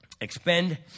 Expend